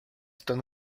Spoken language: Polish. ten